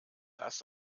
das